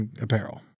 Apparel